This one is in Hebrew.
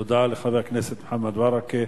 תודה לחבר הכנסת מוחמד ברכה.